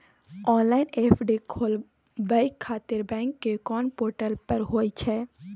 Online FD खोलाबय खातिर bank के कोन पोर्टल पर होए छै?